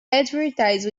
advertise